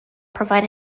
provide